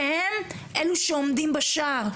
והם אלו שעומדים בשער.